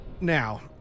Now